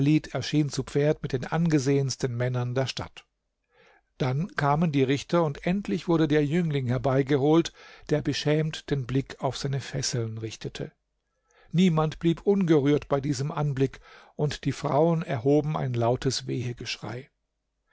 erschien zu pferd mit den angesehensten männern der stadt dann kamen die richter und endlich wurde der jüngling herbeigeholt der beschämt den blick auf seine fesseln richtete niemand blieb ungerührt bei diesem anblick und die frauen erhoben ein lautes